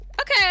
Okay